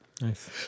Nice